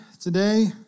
today